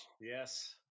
Yes